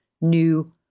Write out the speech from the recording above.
new